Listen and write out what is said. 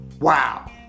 Wow